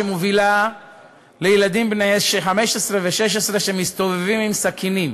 שמובילה לילדים בני 15 ו-16 שמסתובבים עם סכינים,